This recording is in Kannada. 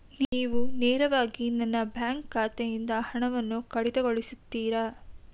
ನೀವು ನೇರವಾಗಿ ನನ್ನ ಬ್ಯಾಂಕ್ ಖಾತೆಯಿಂದ ಹಣವನ್ನು ಕಡಿತಗೊಳಿಸುತ್ತೀರಾ?